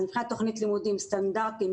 עריכת תכנית לימודים סטנדרטיים,